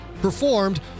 Performed